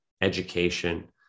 education